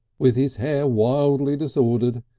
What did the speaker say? with his hair wildly disordered,